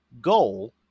goal